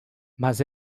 mas